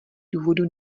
důvodů